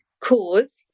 cause